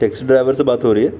taxi driver سے بات ہو رہی ہے